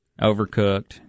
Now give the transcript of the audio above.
Overcooked